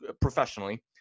professionally